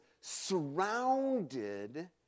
surrounded